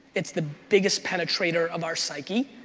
it's the biggest penetrator of our psyche.